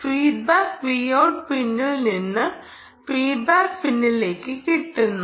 feedback Vout പിന്നിൽ നിന്ന് feedback പിന്നിലേക്ക് കിട്ടുന്നു